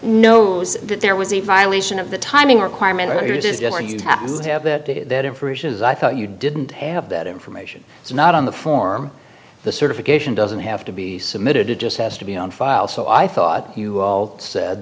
knows that there was a violation of the timing requirement here it is good to have that information as i thought you didn't have that information it's not on the form the certification doesn't have to be submitted it just has to be on file so i thought you all said